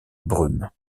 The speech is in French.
brume